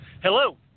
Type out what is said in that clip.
hello